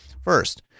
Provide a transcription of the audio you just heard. First